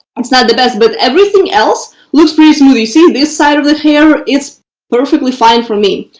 it's not the best but everything else looks pretty smooth. you see this side of the hair, it's perfectly fine for me.